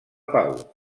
pau